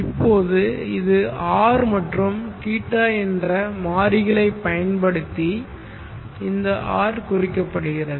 இப்போது இது R மற்றும் θ என்ற மாறிகளைப் பயன்படுத்தி இந்த r குறிக்கப்படுகிறது